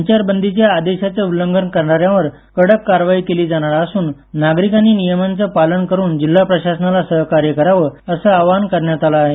संचारबंदीच्या आदेशाचे उल्लंघन करणाऱ्यांवर कडक कारवाई केली जाणार असून नागरिकांनी नियमांचं पालन करून जिल्हा प्रशासनाला सहकार्य करावं असं आवाहन करण्यात आलं आहे